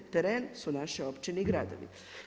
Teren su naše općine i gradovi.